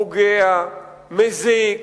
פוגע, מזיק.